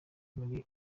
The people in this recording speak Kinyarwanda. birimo